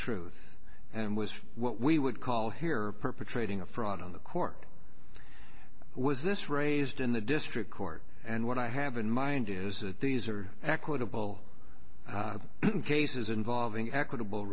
truth and was what we would call here perpetrating a fraud on the court was this raised in the district court and what i have in mind is that these are equitable cases involving equitable